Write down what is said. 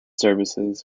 services